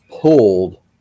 pulled